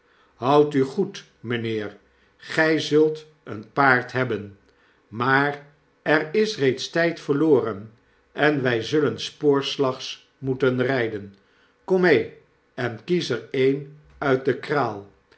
houd u goed mynheer gij zult een paard hebben maar er is reeds tyd verloren en wy zullen spoorslags moeten ryden kom mee en kies er een uit de kraal